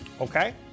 Okay